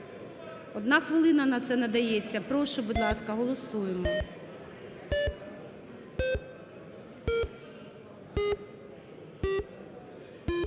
Одна хвилина на це надається. Прошу, будь ласка, голосуємо.